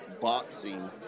boxing